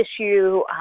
issue